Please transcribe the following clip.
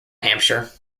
hampshire